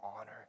honor